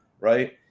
right